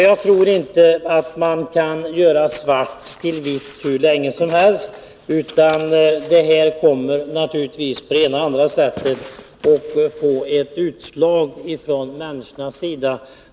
Jag tror inte att man kan göra svart till vitt hur länge som helst, utan detta kommer naturligtvis att på det ena eller det andra sättet medföra en reaktion från människornas sida.